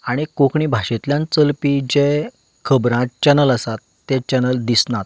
आनी कोंकणी भाशेंतल्यान चलपी जें खबरां चॅनल आसात तें चॅनल दिसनात